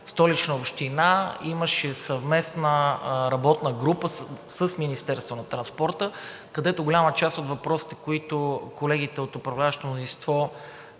Столична община имаше съвместна работна група с Министерството на транспорта, където голяма част от въпросите, които колегите от управляващото мнозинство